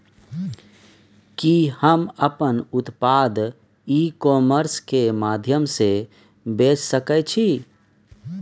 कि हम अपन उत्पाद ई कॉमर्स के माध्यम से बेच सकै छी?